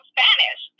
Spanish